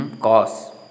cause